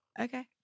okay